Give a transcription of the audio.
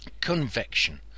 Convection